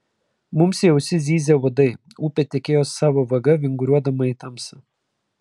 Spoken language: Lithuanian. mums į ausis zyzė uodai upė tekėjo savo vaga vinguriuodama į tamsą